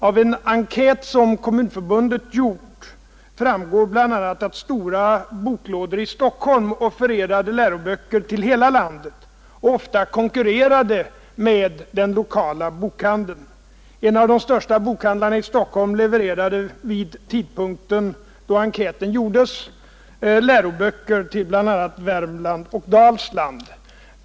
Av en enkät som Kommunförbundet gjort framgår bl.a. att stora boklådor i Stockholm offererade läroböcker till hela landet och ofta konkurrerade med den lokala bokhandeln. En av de större bokhandlarna i Stockholm levererade vid tidpunkten då enkäten gjordes läroböcker till bl.a. Värmland och Dalsland.